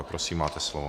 Prosím, máte slovo.